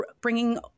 bringing